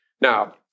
Now